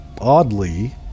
oddly